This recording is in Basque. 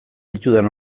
ditudan